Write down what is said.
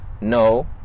no